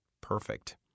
Perfect